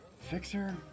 Fixer